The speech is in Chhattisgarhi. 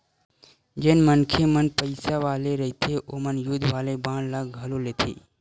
जउन मनखे मन पइसा वाले रहिथे ओमन युद्ध वाले बांड ल घलो लेथे